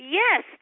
yes